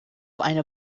einer